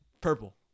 purple